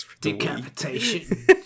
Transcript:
Decapitation